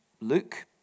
Luke